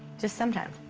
just sometimes.